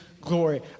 glory